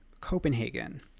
Copenhagen